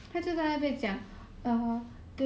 !huh!